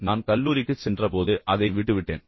எனவே நான் கல்லூரிக்குச் சென்ற போது அதை விட்டுவிட்டேன்